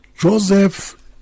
Joseph